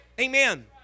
Amen